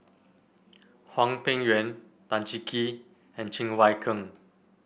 Hwang Peng Yuan Tan Cheng Kee and Cheng Wai Keung